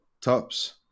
tops